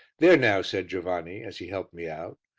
there now, said giovanni, as he helped me out,